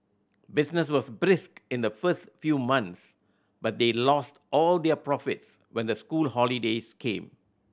business was brisk in the first few months but they lost all their profits when the school holidays came